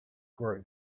group